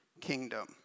kingdom